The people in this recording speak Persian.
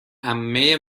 عمه